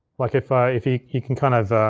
like if i, if you, you can kind of,